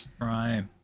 Right